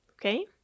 Okay